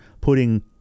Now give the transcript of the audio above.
putting